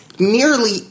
Nearly